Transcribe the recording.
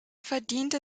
verdiente